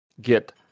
get